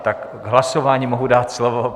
K hlasování mohu dát slovo.